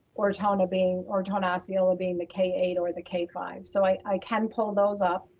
ortona being, ortona osceola being the k eight or the k five. so i i can pull those up